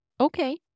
okay